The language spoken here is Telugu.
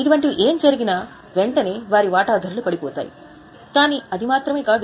ఇటువంటి ఏం జరిగినా వెంటనే వారి వాటా ధరలు పడిపోతాయి కానీ అది మాత్రమే కాదు